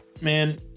man